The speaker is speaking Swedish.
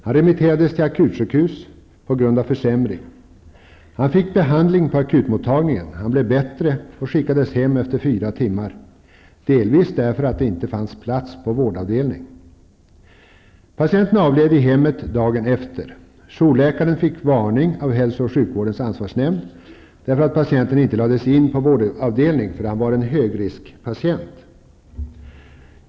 Han remitterades till akutsjukhus på grund av försämring. Han fick behandling på akutmottagningen, blev bättre och skickades hem efter fyra timmar, delvis därför att det inte fanns plats på vårdavdelning. Patienten avled i hemmet dagen efter. Jourläkaren fick varning av hälso och sjukvårdens ansvarsnämnd, därför att patienten inte lades inpå vårdavdelning; han var en högriskpatient.